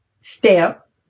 step